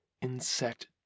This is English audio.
insect